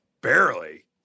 Barely